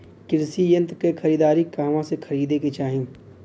कृषि यंत्र क खरीदारी कहवा से खरीदे के चाही?